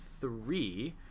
three